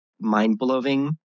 mind-blowing